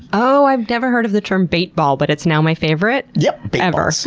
oh, i've never heard of the term bait ball, but it's now my favorite yeah but ever. so